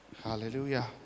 hallelujah